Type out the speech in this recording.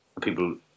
people